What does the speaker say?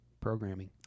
programming